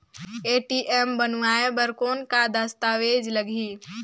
ATM बनवाय बर कौन का दस्तावेज लगही?